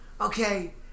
okay